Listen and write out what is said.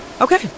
Okay